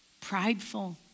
prideful